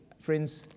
Friends